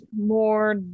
more